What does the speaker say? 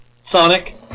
Sonic